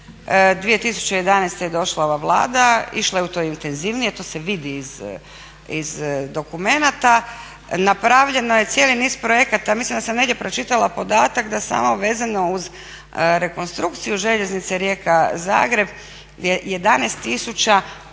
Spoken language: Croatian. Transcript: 2011. je došla ova Vlada, išla je u to intenzivnije, to se vidi iz dokumenata. Napravljeno je cijeli niz projekata, mislim da sam negdje pročitala podatak da samo vezano uz rekonstrukciju željeznice Rijeka-Zagreb je